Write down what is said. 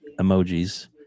emojis